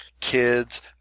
kids